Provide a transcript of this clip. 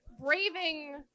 braving